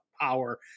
power